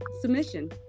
submission